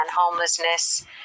homelessness